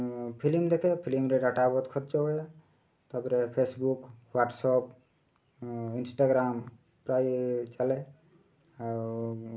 film ଦେଖେ ଫିଲ୍ମ୍ରେ data ବହୁତ ଖର୍ଚ୍ଚ ହୁଏ ତା'ପରେ ଫେସ୍ବୁକ୍ ହ୍ଵାଟସପ୍ ଇନ୍ସଟାଗ୍ରାମ୍ ପ୍ରାୟ ଚାଲେ ଆଉ